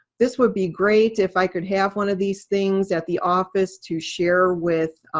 this would be great if i could have one of these things at the office to share with